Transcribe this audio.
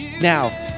Now